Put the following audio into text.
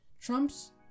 Trump's